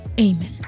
amen